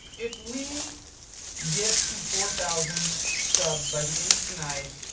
if we get to four thousand subs by the end of tonight,